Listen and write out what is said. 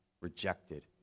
rejected